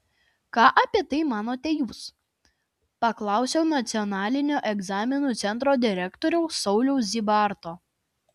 ką apie tai manote jūs paklausiau nacionalinio egzaminų centro direktoriaus sauliaus zybarto